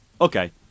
Okay